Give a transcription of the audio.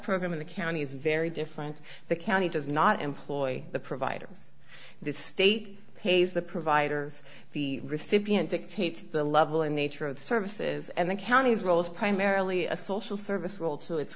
program in the county is very different the county does not employ the providers the state pays the providers the recipient dictates the level and nature of the services and the county's role is primarily a social service role to it